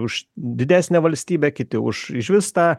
už didesnę valstybę kiti už išvis tą